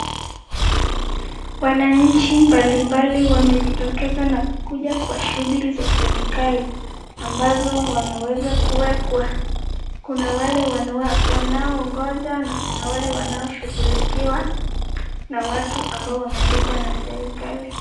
Wananchi mbalimbali wamejitokeza na kukuja kwa shughuli za serikali ambazo wameweza kuwekwa. Kuna wale wanaoongoja na kuna wale wanaoshughulikiwa na watu ambao wameandikwa na serikali.